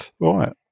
Right